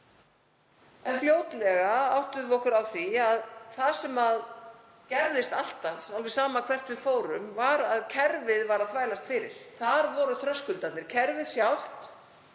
En fljótlega áttuðum við okkur á því að það sem gerðist alltaf, alveg sama hvert við fórum, var að kerfið þvældist fyrir. Þar voru þröskuldarnir, kerfið sjálft.